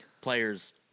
players